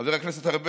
חבר הכנסת ארבל,